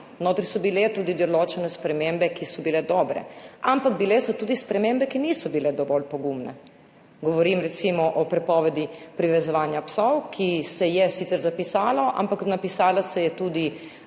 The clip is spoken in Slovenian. Notri so bile tudi določene spremembe, ki so bile dobre, ampak bile so tudi spremembe, ki niso bile dovolj pogumne. Govorim recimo o prepovedi privezovanja psov, ki se je sicer zapisalo, ampak napisala se je tudi